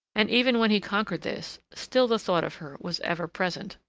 and even when he conquered this, still the thought of her was ever present.